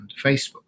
Facebook